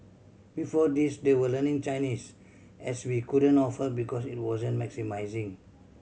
before this they were learning Chinese as we couldn't offer because it wasn't maximising